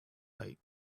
late